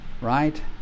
Right